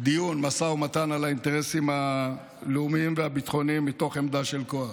דיון ומשא ומתן על האינטרסים הלאומיים והביטחוניים מתוך עמדה של כוח.